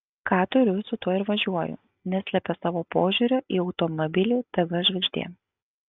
ką turiu su tuo ir važiuoju neslepia savo požiūrio į automobilį tv žvaigždė